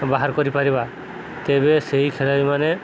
ବାହାର କରିପାରିବା ତେବେ ସେଇ ଖେଳାଳିମାନେ